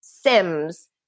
sims